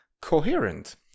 coherent